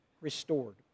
restored